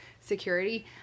security